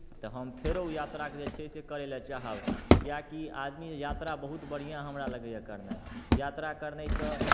तऽ हम फेरो यात्राके जे छै से करय लेल चाहब किएकि आदमी यात्रा बहुत बढ़िआँ हमरा लगैए करनाइ यात्रा करनाइसँ